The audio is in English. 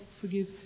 forgive